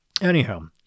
anyhow